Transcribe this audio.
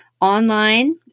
online